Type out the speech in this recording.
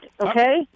Okay